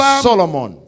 Solomon